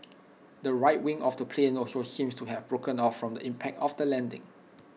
the right wing of the plane also seemed to have broken off from the impact of the landing